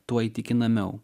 tuo įtikinamiau